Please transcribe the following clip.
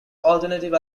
alternative